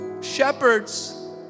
Shepherds